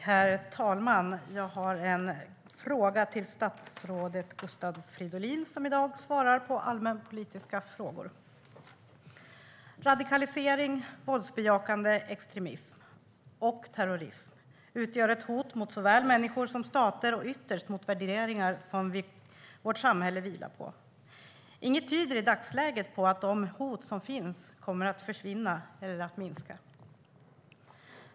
Herr talman! Jag har en fråga till statsrådet Gustav Fridolin som i dag svarar på allmänpolitiska frågor. Radikalisering, våldsbejakande extremism och terrorism utgör ett hot mot såväl människor som stater och ytterst mot värderingar som vårt samhälle vilar på. I dagsläget tyder inget på att de hot som finns kommer att försvinna eller att minska.